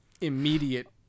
immediate